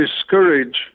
discourage